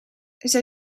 zij